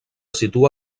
situa